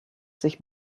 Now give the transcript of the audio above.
sich